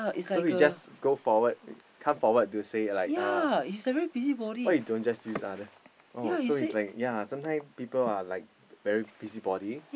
so he just go forward come forward to say like uh why you don't just use other oh so is like ya sometime people are like very busybody